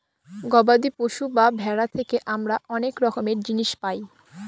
গবাদি পশু বা ভেড়া থেকে আমরা অনেক রকমের জিনিস পায়